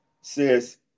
says